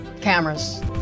Cameras